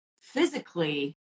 physically